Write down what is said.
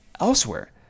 elsewhere